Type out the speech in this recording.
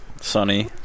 sunny